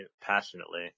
passionately